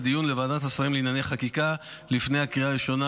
לדיון בוועדת השרים לענייני חקיקה לפני הקריאה הראשונה.